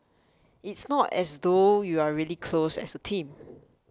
it's not as though you're really close as a team